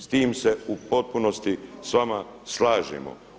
S tim se u potpunosti s vama slažemo.